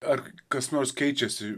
ar kas nors keičiasi